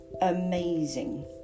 amazing